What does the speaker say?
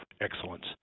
excellence